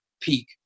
peak